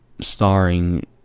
starring